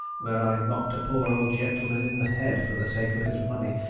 where i knocked a poor old gentleman in the head for the sake of his money,